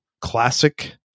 classic